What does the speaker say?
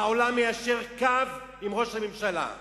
העולם מיישר קו עם ראש הממשלה.